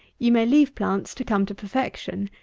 you may leave plants to come to perfection,